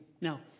Now